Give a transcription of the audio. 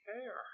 care